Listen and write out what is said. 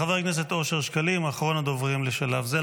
חבר הכנסת אושר שקלים, אחרון הדוברים לשלב זה.